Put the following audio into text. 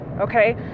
Okay